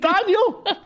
Daniel